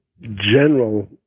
general